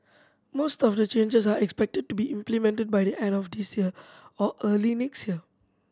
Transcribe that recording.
most of the changes are expected to be implemented by the end of this year or early next year